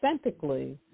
authentically